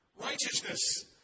Righteousness